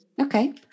Okay